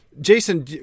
Jason